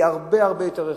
היא הרבה הרבה יותר רחבה,